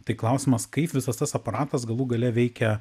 tai klausimas kaip visas tas aparatas galų gale veikia